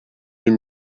deux